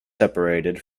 separated